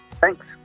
Thanks